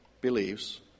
believes